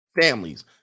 families